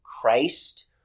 christ